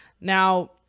now